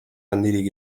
handirik